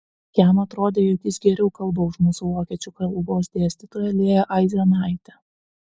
jam atrodė jog jis geriau kalba už mūsų vokiečių kalbos dėstytoją lėją aizenaitę